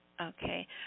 Okay